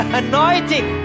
anointing